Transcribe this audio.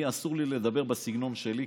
אני, אסור לי לדבר בסגנון שלי.